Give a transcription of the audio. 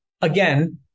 again